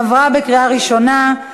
עברה בקריאה ראשונה,